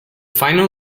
final